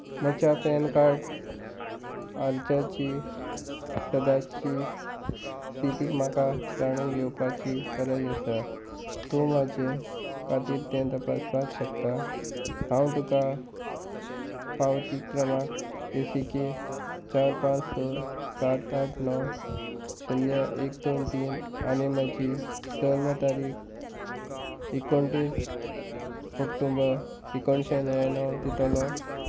म्हज्या पॅनकार्ड अर्जाची सद्याची स्थिती म्हाका जाणून घेवपाची गरज आसा तूं म्हाजें खातीर तें तपासपाक शकता हांव तुका पावती क्रमांक एस इ के चार पांच स सात आठ णव शुन्य एक दोन तीन आनी म्हजी जल्म तारीख एकुणतीस ऑक्टोबर एकुणशे णव्याणव दितलो